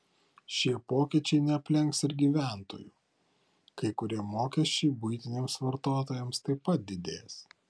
šie pokyčiai neaplenks ir gyventojų kai kurie mokesčiai buitiniams vartotojams taip pat didės